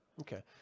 okay